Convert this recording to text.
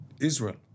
Israel